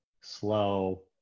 slow